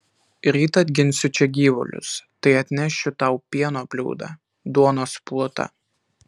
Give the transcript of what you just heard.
ryt atginsiu čia gyvulius tai atnešiu tau pieno bliūdą duonos plutą